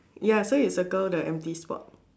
ya so you circle the empty spot